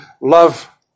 love